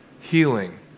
healing